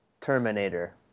Terminator